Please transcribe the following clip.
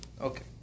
Okay